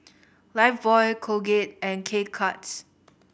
Lifebuoy Colgate and K Cuts